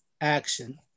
action